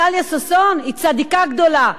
טליה ששון היא צדיקה גדולה,